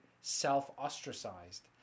self-ostracized